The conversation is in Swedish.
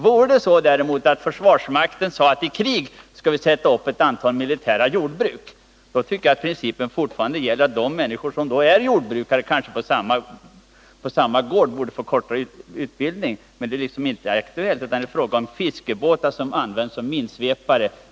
Vore det däremot så, att försvarsmakten hade att i krig sätta upp ett antal militära jordbruk, tycker jag att den principen skulle kunna gälla att de som är jordbrukare, och kanske får stanna på samma gård, skulle få kortare utbildning. Men det är ju inte aktuellt, utan det är här fråga om fiskebåtar som används som minsvepare.